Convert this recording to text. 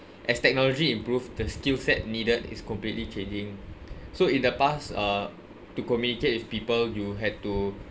as technology improves the skill sets needed is completely changing so in the past uh to communicate with people you had to